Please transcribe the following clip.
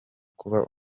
kuba